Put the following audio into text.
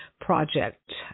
project